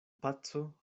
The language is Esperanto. paco